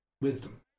Wisdom